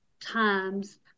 times